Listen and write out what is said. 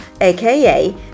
aka